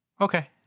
Okay